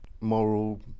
moral